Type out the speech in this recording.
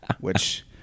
Which-